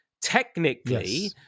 Technically